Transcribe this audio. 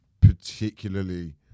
particularly